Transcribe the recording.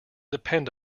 depend